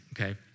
okay